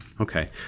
Okay